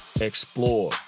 explore